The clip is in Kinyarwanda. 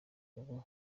ubu